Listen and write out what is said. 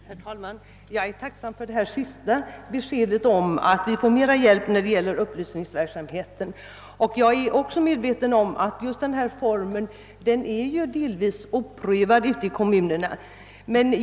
Herr talman! Jag är tacksam för detta senaste besked om att vi skall få mera hjälp med upplysningsverksamheten. Jag är också medveten om att fritidshemsverksamhet i många fall är oprövad ute i kommunerna.